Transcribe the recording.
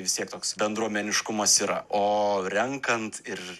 vis tiek toks bendruomeniškumas yra o renkant ir